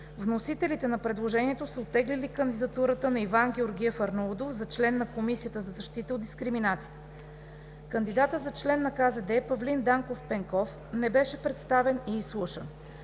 Вносителите на предложението са оттеглили кандидатурата на Иван Георгиев Арнаудов за член на Комисията за защита от дискриминация. Кандидатът за член на КЗД Павлин Данков Пенков не беше представен и изслушан.